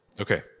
Okay